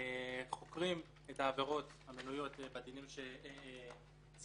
חוקרים את העבירות המנויות בדינים שציינתי,